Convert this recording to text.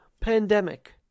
pandemic